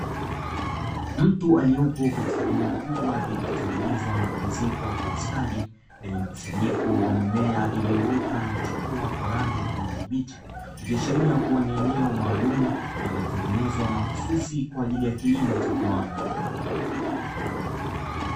Mtu aliyepo katika eneo kubwa lililotengenezwa na kuezekwa kwa ustadi, lenye mkusanyiko wa mimea iliyoota na kuchipua kwa rangi ya kijani kibichi, ikiashiria kuwa ni eneo maalumu lililotengenezwa mahususi kwa ajili ya kilimo cha viwanda.